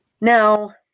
Now